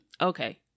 Okay